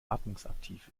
atmungsaktiv